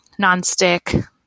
nonstick